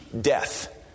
death